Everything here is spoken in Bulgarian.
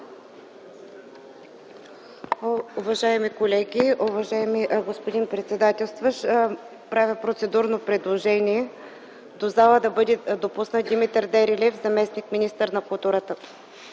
Уважаеми колеги, уважаеми господин председателстващ! Правя процедурно предложение за допускане в залата на Димитър Дерелиев – заместник-министър на културата.